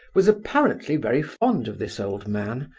was apparently very fond of this old man,